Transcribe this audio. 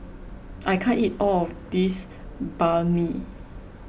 I can't eat all of this Banh Mi